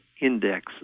Index